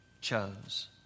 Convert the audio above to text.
chose